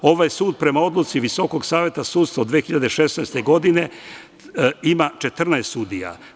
Ovaj sud prema odluci Visokog saveta sudstva od 2016. godine ima 14 sudija.